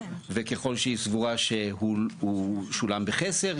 וככל שהיא סבורה שהוא שולם בחסר,